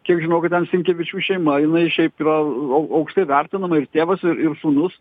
kiek žinau kad ten sinkevičių šeima jinai šiaip yra au aukštai vertinama ir tėvas i ir sūnus